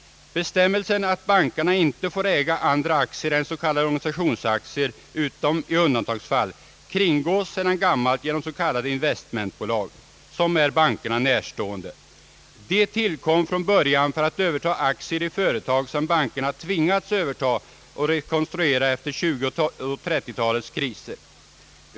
Bestämmelserna att bankerna inte får äga andra aktier än s.k. organisationsaktier utom i undantagsfall kringgås sedan gammalt av s.k. investmentbolag som är bankerna närstående. De tillkom från början för att överta aktier i företag som bankerna tvingats överta och rekonstruera efter 1920-talets och 1930 talets kriser.